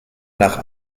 nach